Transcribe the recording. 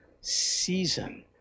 season